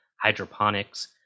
Hydroponics